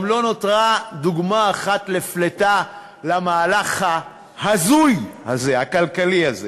גם לא נותרה דוגמה אחת לפליטה למהלך הכלכלי ההזוי הזה.